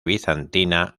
bizantina